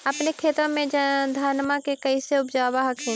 अपने खेतबा मे धन्मा के कैसे उपजाब हखिन?